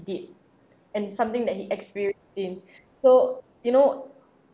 did and something that he experienced in so you know